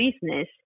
business